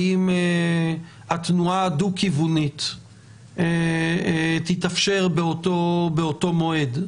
האם התנועה הדו כיוונית תתאפשר באותו מועד.